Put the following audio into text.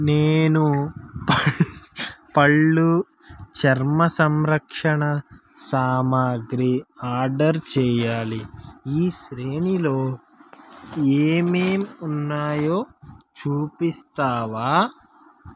నేను పళ్ళు చర్మ సంరక్షణ సామాగ్రి ఆర్డర్ చేయాలి ఈ శ్రేణిలో ఏమేం ఉన్నాయో చూపిస్తావా